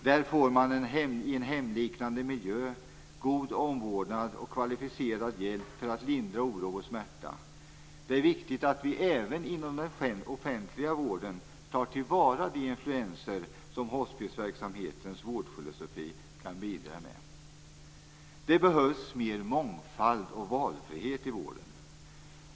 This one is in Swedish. Där får man i en hemliknande miljö god omvårdnad och kvalificerad hjälp att lindra oro och smärta. Det är viktigt att man även inom den offentliga vården tar till vara de influenser som hospisverksamhetens vårdfilosofi kan bidra med. Det behövs mer mångfald och valfrihet inom vården.